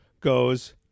goes